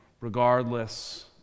regardless